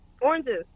Oranges